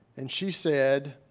and she said,